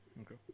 Okay